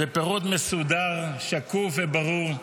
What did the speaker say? ופירוט מסודר, שקוף וברור,